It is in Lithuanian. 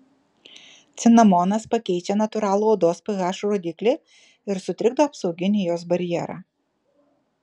cinamonas pakeičia natūralų odos ph rodiklį ir sutrikdo apsauginį jos barjerą